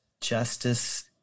Justice